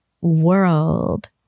world